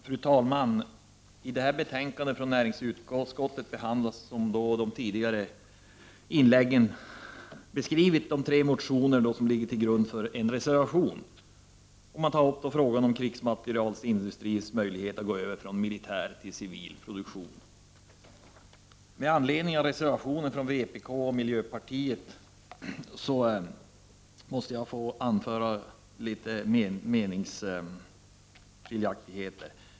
Fru talman! I det här betänkandet från näringsutskottet behandlas, såsom 16 november 1989 beskrivits i de tidigare inläggen, de tre motioner som ligger till grundfören. reservation. Den fråga som tagits upp är krigsmaterielindustrins möjligheter att gå över från militär till civil produktion. Med anledning av reservation från vpk och miljöpartiet måste jag få anföra några synpunkter.